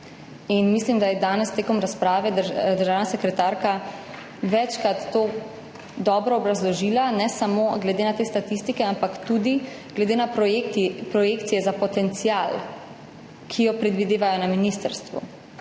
In mislim, da je danes med razpravo državna sekretarka večkrat to dobro obrazložila, ne samo glede na te statistike, ampak tudi glede na projekcije za potencial, ki ga predvidevajo na ministrstvu.